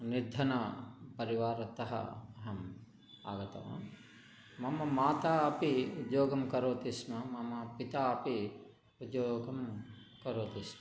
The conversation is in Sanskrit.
निर्धनपारिवारतः अहं आगतवान् मम माता अपि उद्योगं करोति स्म मम पिता अपि उद्योगं करोति स्म